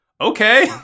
Okay